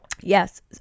Yes